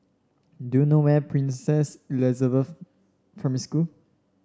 do you know where is Princess Elizabeth Primary School